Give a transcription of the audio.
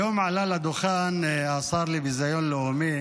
היום עלה לדוכן השר לביזיון לאומי